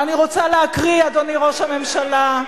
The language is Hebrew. ואני רוצה להקריא, אדוני ראש הממשלה,